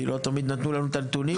לא תמיד נתנו לנו את הנתונים,